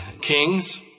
kings